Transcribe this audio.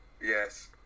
Yes